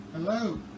Hello